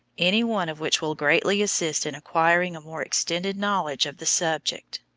any one of which will greatly assist in acquiring a more extended knowledge of the subject.